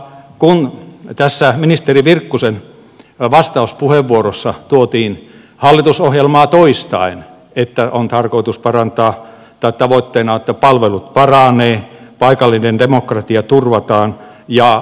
kun tässä ministeri virkkusen vastauspuheenvuorossa tuotiin esiin hallitusohjelmaa toistaen että on tavoitteena että palvelut paranevat paikallinen demokratia turvataan ja niin edelleen